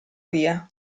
via